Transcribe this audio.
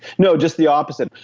no, just the opposite,